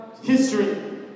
history